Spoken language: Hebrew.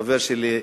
חבר שלי,